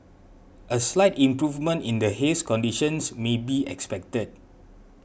a slight improvement in the haze conditions may be expected